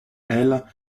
elles